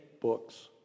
books